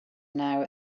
now